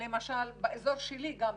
למשל באזור שלי גם,